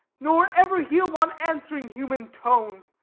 nor ever hear one answering human tone!